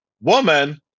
Woman